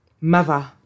mother